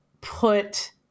Put